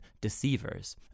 deceivers